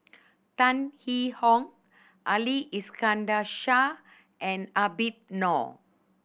Tan Yee Hong Ali Iskandar Shah and Habib Noh